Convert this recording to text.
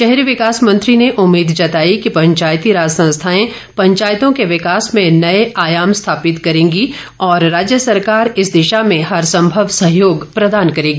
शहरी विकास मंत्री ने उम्मीद जताई कि पंचायती राज संस्थाए पंचायतों के विकास में नए आयाम स्थापित करेंगी और राज्य सरकार इस दिशा में हर संभव सहयोग प्रदान करेगी